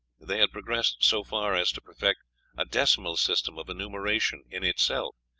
they had progressed so far as to perfect a decimal system of enumeration, in itself,